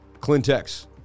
Clintex